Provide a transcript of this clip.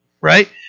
right